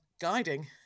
guiding